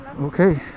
okay